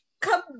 come